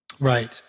Right